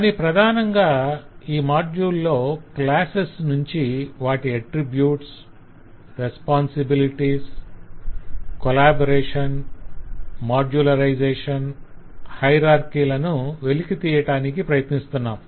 కాని ప్రధానంగా ఈ మాడ్యుల్ లో క్లాసెస్ నుంచి వాటి attributes responsibilities collaboration modularisation hierarchy లను వెలికితీయటానికి ప్రయత్నిస్తున్నాం